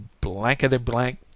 blankety-blank